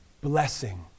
blessing